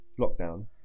lockdown